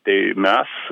tai mes